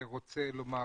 רוצה לומר